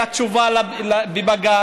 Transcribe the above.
הייתה תשובה בבג"ץ,